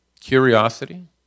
curiosity